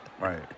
Right